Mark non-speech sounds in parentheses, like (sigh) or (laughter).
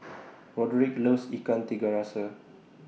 (noise) Roderic loves Ikan Tiga Rasa